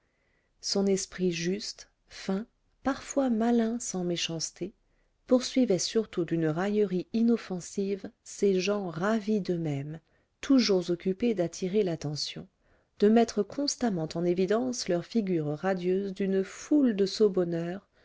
son esprit juste fin parfois malin sans méchanceté poursuivait surtout d'une raillerie inoffensive ces gens ravis d'eux-mêmes toujours occupés d'attirer l'attention de mettre constamment en évidence leur figure radieuse d'une foule de sots bonheurs